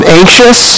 anxious